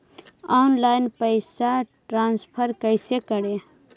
Online पैसा transfer कैसे करे?